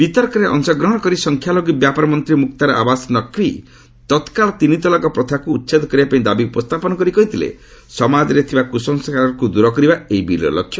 ବିତର୍କରେ ଅଂଶଗ୍ରହଣ କରି ସଂଖ୍ୟାଲଘୁ ବ୍ୟାପାର ମନ୍ତ୍ରୀ ମୁକ୍ତାର ଆବାସ ନକ୍ବି ତତ୍କାଳ ତିନି ତଲାକ୍ ପ୍ରଥାକୁ ଉଚ୍ଛେଦ କରିବା ପାଇଁ ଦାବି ଉପସ୍ଥାପନ କରି କହିଥିଲେ ସମାଜରେ ଥିବା କୁସଂସ୍କାରକୁ ଦୂର କରିବା ଏହି ବିଲ୍ର ଲକ୍ଷ୍ୟ